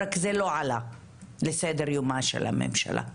רק זה לא עלה לסדר יומה של הממשלה.